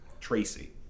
Tracy